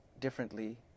differently